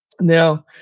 Now